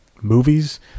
movies